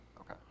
Okay